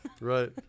right